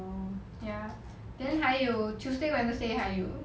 ya then 还有 tuesday wednesday 还有